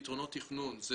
פתרונות תכנון זה